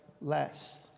less